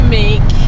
make